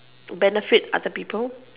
benefit other people